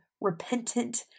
repentant